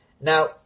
Now